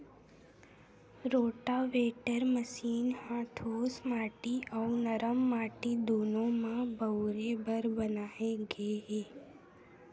rotavator machine ह ठोस माटी अउ नरम माटी दूनो म बउरे बर बनाए गे हे